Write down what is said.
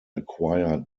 acquired